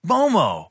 Momo